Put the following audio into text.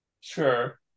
Sure